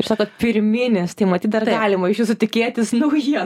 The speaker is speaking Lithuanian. jūs sakot pirminis tai matyt dar galima iš jūsų tikėtis naujienų